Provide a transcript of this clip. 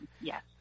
Yes